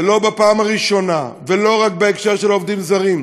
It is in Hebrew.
ולא בפעם הראשונה, ולא רק בהקשר של עובדים זרים,